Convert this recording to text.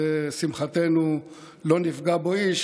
שלשמחתנו לא נפגע בו איש,